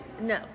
no